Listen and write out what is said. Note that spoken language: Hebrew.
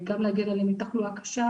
גם להגן עליהם מתחלואה קשה